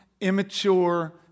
immature